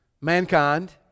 mankind